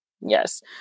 Yes